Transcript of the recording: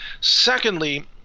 Secondly